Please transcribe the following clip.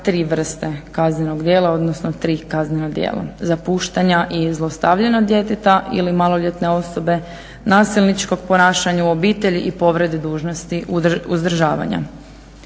tri vrste kaznenog djela odnosno tri kaznena djela. Zapuštanja i zlostavljanja djeteta ili maloljetne osobe, nasilničkog ponašanja u obitelji i povrede dužnosti uzdržavanja.